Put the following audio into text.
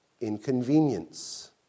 Inconvenience